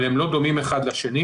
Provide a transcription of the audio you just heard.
אבל הם לא דומים אחד לשני,